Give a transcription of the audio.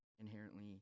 inherently